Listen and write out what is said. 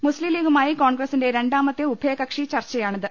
മുസ്സീംലീഗുമായി കോൺഗ്ര സിന്റെ രണ്ടാമത്തെ ഉഭയകക്ഷി ചർച്ചയാണിത്